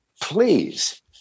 please